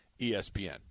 ESPN